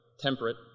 temperate